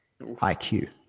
IQ